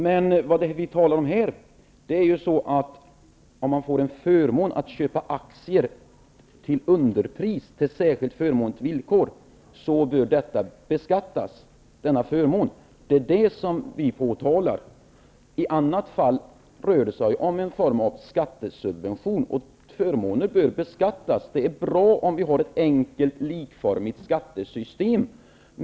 Men det vi talar om här är att om man får förmånen att köpa aktier till underpris, på särskilt förmånliga villkor, bör denna förmån beskattas. Det är det som vi påtalar. I annat fall rör det sig om en form av skattesubvention. Förmåner bör beskattas. Det är bra om vi har ett enkelt, likformigt skattesystem.